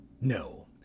No